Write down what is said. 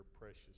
precious